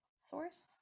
source